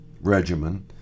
regimen